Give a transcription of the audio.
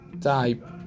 type